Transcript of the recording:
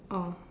oh